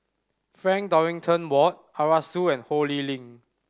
Frank Dorrington Ward Arasu and Ho Lee Ling